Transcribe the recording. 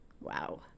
Wow